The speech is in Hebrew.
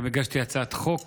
גם הגשתי הצעת חוק